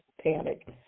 panic